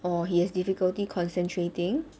or he has difficulty concentrating